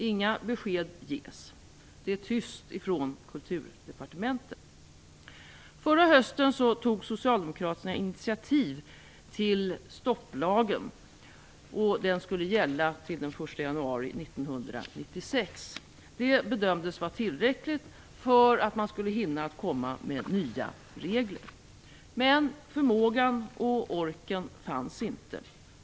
Inga besked ges. Det är tyst från Kulturdepartementet. Förra hösten tog Socialdemokraterna initiativ till stopplagen. Den skulle gälla till den 1 januari 1996. Det bedömdes vara tillräckligt för att man skulle hinna komma med nya regler. Men förmågan och orken fanns inte.